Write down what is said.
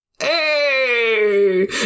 Hey